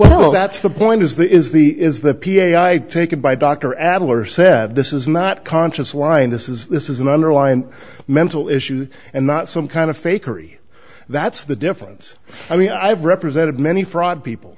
well that's the point is that is the is the p s a i take it by dr adler said this is not conscious lying this is this is an underlying mental issues and not some kind of fakery that's the difference i mean i've represented many fraud people